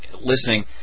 listening